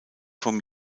vom